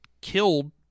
killed